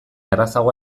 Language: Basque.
errazago